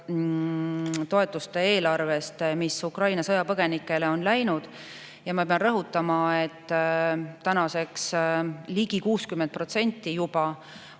toetuste eelarvest, mis Ukraina sõjapõgenikele on läinud. Ma pean rõhutama, et tänaseks on juba